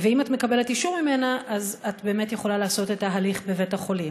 ואם את מקבלת אישור ממנה אז את באמת יכולה לעשות את ההליך בבית-החולים.